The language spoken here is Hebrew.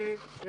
ניתן